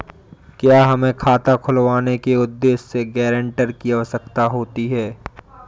क्या हमें खाता खुलवाने के उद्देश्य से गैरेंटर की आवश्यकता होती है?